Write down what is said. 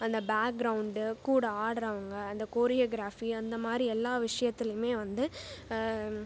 அந்த பேக்ரௌண்டு கூட ஆடுறவங்க அந்த கோரியோகிராஃபி அந்தமாதிரி எல்லா விஷயத்திலைமே வந்து